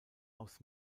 aus